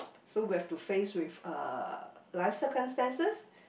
so we've to face with uh life circumstances